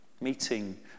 meeting